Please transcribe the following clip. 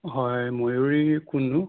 হয় ময়ূৰী কোননো